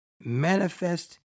manifest